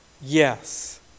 Yes